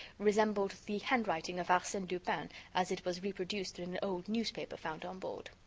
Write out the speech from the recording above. resembled the handwriting of arsene lupin as it was reproduced in an old newspaper found on board.